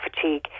fatigue